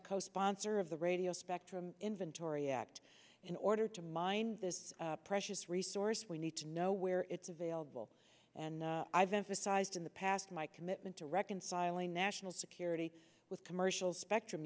co sponsor of the radio spectrum inventory act in order to mine this precious resource we need to know where it's available and i've emphasized in the past my commitment to reconciling national security with commercial spectrum